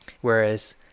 whereas